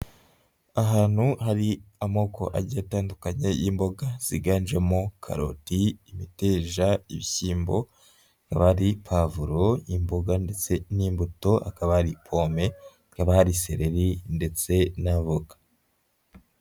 Ahantu hari amoko agiye atandukanye y'imboga ziganjemo karoti, imiteja, ibishyimbo, hakaba hari pavuro, imboga ndetse n'imbuto, hakaba hari pome, hakaba hari sereri ndetse n'avoka.